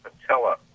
patella